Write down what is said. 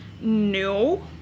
no